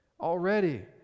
already